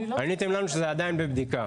עניתם לנו שזה עדיין בבדיקה.